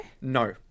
no